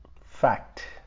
fact